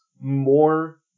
more